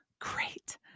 great